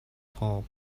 top